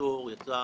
הרגולטור - יצא